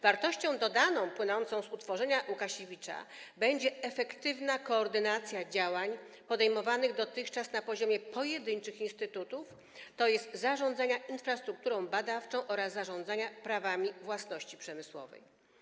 Wartością dodaną płynącą z utworzenia sieci Łukasiewicz będzie efektywna koordynacja działań podejmowanych dotychczas na poziomie pojedynczych instytutów, tj. w zakresie zarządzania infrastrukturą badawczą oraz zarządzania prawami własności przemysłowej.